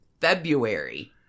February